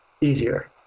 easier